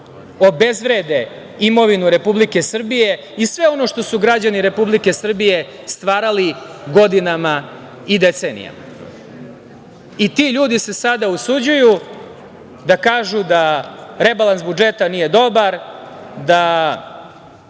obezvrede imovinu Republike Srbije, i sve ono što su građani Republike Srbije stvarali godinama i decenijama i ti ljudi se sada usuđuju da kažu da rebalans budžeta nije dobar, da